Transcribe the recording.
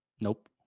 Nope